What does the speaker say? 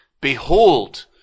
behold